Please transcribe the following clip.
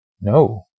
No